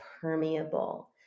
permeable